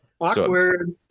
Awkward